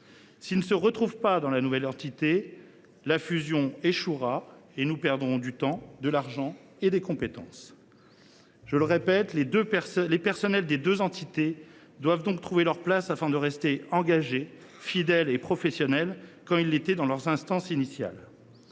S’ils ne se retrouvent pas dans la nouvelle entité, la fusion échouera et nous perdrons du temps, de l’argent et des compétences. Je le répète, les personnels des deux entités doivent donc trouver leurs places, afin de rester engagés, fidèles et professionnels, comme ils l’étaient dans leurs instances initiales.